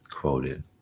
quoted